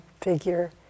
figure